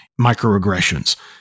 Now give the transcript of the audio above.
microaggressions